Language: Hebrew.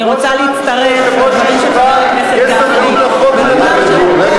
לא שמעתי שליושב-ראש הישיבה יש סמכויות לחרוג מן התקנון.